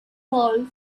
cole